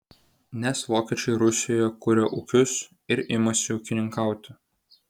nes vokiečiai rusijoje kuria ūkius ir imasi ūkininkauti